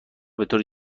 بطور